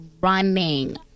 running